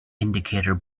indicator